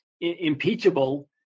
impeachable